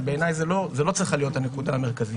אבל בעיניי זו לא צריכה להיות הנקודה המרכזית